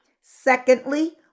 Secondly